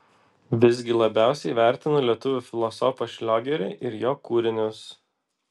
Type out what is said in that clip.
visgi labiausiai vertinu lietuvių filosofą šliogerį ir jo kūrinius